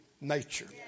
nature